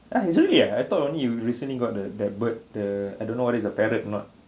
ah it's really ah I thought only you recently got the that bird the I don't know what is a parrot or not